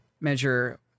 measure